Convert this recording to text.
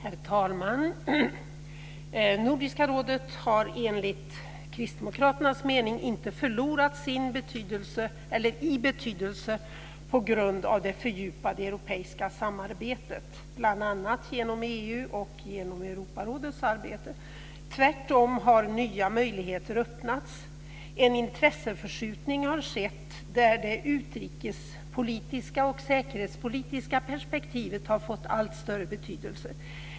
Herr talman! Nordiska rådet har enligt kristdemokraternas mening inte förlorat i betydelse på grund av det fördjupade europeiska samarbetet bl.a. genom EU och Europarådets arbete. Tvärtom har nya möjligheter öppnats. En intresseförskjutning har skett där det utrikespolitiska och säkerhetspolitiska perspektivet har fått allt större betydelse.